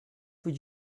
would